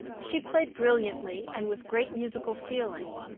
she played brilliantly and with great musical feeling.